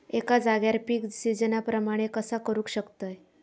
एका जाग्यार पीक सिजना प्रमाणे कसा करुक शकतय?